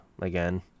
again